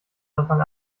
anfang